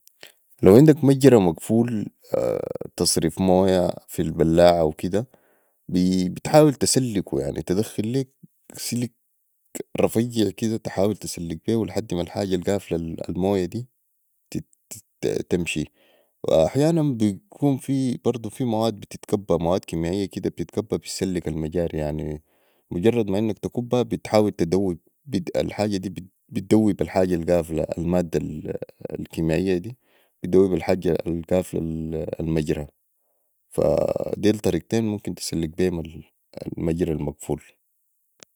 لوعندك مجري مقفول تصريف مويه في البلاعه وكده بتحاول تسلكو يعني تدخل ليك سلك رفيع تحاول تسلك بيهو لحدي ما الحاجة القافله المويه دي تمشي واحيانا بكون في برضو في مواد بتتكبي مواد كيميائية كده بتتكبه بتسلك المجاري يعني مجرد ما انك تكبها بتحتول تدوب الحاجة دي بدوب الحاجه القافله المادة الكميائيه دي بدوب الحاجه القافله المجري ديل طرقتين ممكن تسلك بيهم المجري المقفول